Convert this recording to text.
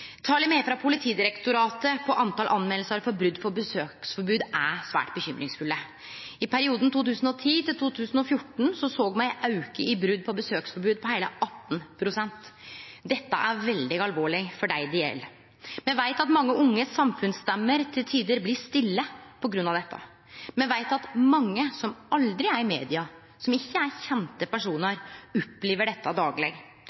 Talet me har frå Politidirektoratet på talet på meldingar for brot på besøksforbod, er svært uroande. I perioden 2010–2014 såg me ein auke i talet på brot på besøksforbod på heile 18 pst. Dette er veldig alvorleg for dei det gjeld. Me veit at mange unge samfunnsstemmer til tider blir stille på grunn av dette. Me veit at mange, som aldri er i media, og som ikkje er kjende personar, opplev dette dagleg.